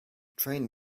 train